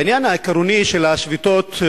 בעניין העקרוני של השביתות,